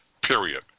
period